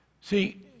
See